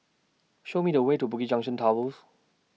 Show Me The Way to Bugis Junction Towers